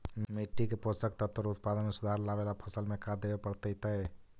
मिट्टी के पोषक तत्त्व और उत्पादन में सुधार लावे ला फसल में का देबे पड़तै तै?